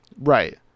Right